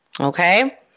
Okay